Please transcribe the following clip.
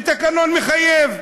שהתקנון מחייב.